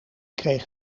kreeg